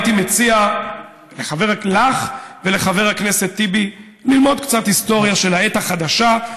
הייתי מציע לך ולחבר הכנסת טיבי ללמוד קצת היסטוריה של העת החדשה.